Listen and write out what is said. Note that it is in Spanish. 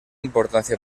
importancia